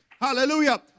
Hallelujah